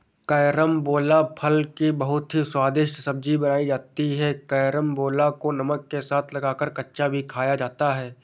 carambola फल की बहुत ही स्वादिष्ट सब्जी बनाई जाती है कैरमबोला को नमक के साथ लगाकर कच्चा भी खाया जाता है